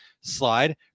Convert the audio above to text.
slide